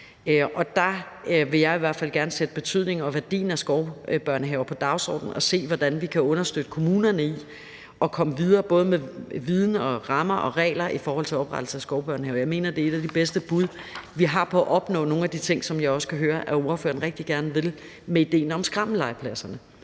og der vil jeg i hvert fald gerne sætte betydningen og værdien af skovbørnehaver på dagsordenen og se, hvordan vi kan understøtte kommunerne i at komme videre både med viden og rammer og regler i forhold til oprettelse af skovbørnehaver. Jeg mener, det er et af de bedste bud, vi har, på at opnå nogle af de ting, som jeg også kan høre ordføreren rigtig gerne vil med idéen om skrammellegepladserne.